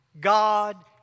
God